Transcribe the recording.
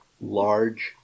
large